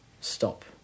stop